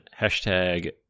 Hashtag